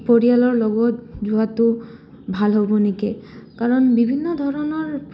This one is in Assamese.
পৰিয়ালৰ লগত যোৱাটো ভাল হ'ব নেকি কাৰণ বিভিন্ন ধৰণৰ